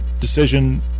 decision